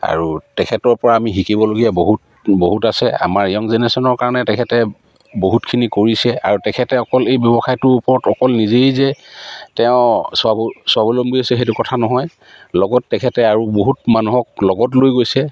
আৰু তেখেতৰপৰা আমি শিকিবলগীয়া বহুত বহুত আছে আমাৰ ইয়ং জেনেৰেশ্যনৰ কাৰণে তেখেতে বহুতখিনি কৰিছে আৰু তেখেতে অকল এই ব্যৱসায়টোৰ ওপৰত অকল নিজেই যে তেওঁ স্বাৱ স্বাৱলম্বী হৈছে সেইটো কথা নহয় লগত তেখেতে আৰু বহুত মানুহক লগত লৈ গৈছে